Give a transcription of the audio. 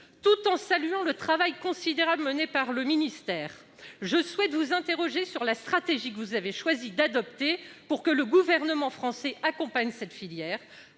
Tout en saluant le travail considérable mené par le ministère, je souhaite vous interroger sur la stratégie que vous avez choisi d'adopter pour permettre au gouvernement français d'accompagner cette filière.